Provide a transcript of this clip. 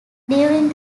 during